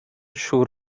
siŵr